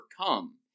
overcome